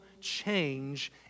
change